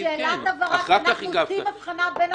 זאת שאלת הבהרה כי אנחנו עושים אבחנה בין